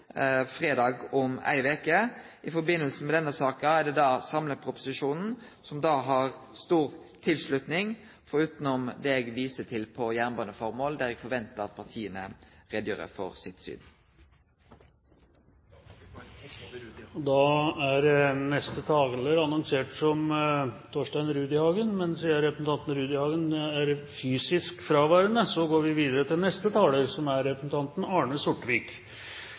fredag om ei veke. Denne saka, samleproposisjonen, har stor tilslutning, forutan det eg viste til på jernbaneformål, der eg forventar at partia gjer greie for sine syn. Da er neste taler annonsert som Torstein Rudihagen, men siden representanten Rudihagen er fysisk fraværende, går vi videre til neste taler, som er representanten Arne